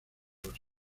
los